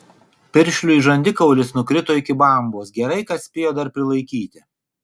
piršliui žandikaulis nukrito iki bambos gerai kad spėjo dar prilaikyti